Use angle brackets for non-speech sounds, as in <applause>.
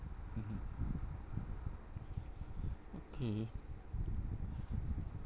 mmhmm okay <breath>